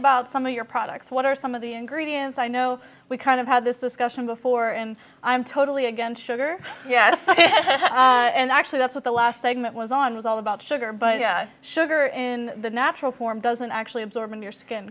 about some of your products what are some of the ingredients i know we kind of had this discussion before and i'm totally against sugar yes and actually that's what the last segment was on was all about sugar but sugar in the natural form doesn't actually absorb in your skin